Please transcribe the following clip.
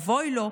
אבוי לו,